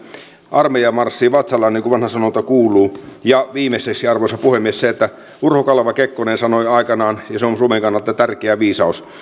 armeija marssii vatsallaan niin kuin vanha sanonta kuuluu ja viimeiseksi arvoisa puhemies urho kaleva kekkonen sanoi aikanaan ja se on suomen kannalta tärkeä viisaus